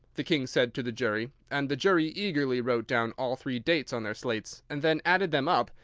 the king said to the jury, and the jury eagerly wrote down all three dates on their slates, and then added them up,